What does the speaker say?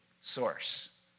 source